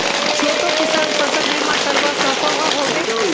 छोटो किसान फसल बीमा करवा सकोहो होबे?